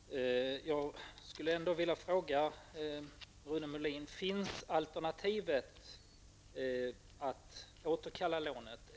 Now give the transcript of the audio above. Fru talman! Jag vill ändock ställa en fråga. Finns i Rune Molins arsenal alternativet att återkalla lånet?